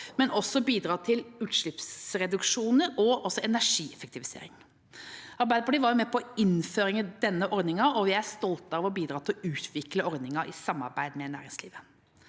men også bidra til utslippsreduksjoner og energieffektivisering. Arbeiderpartiet var med på å innføre denne ordningen, og vi er stolte av å bidra til å utvikle ordningen i samarbeid med næringslivet.